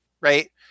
Right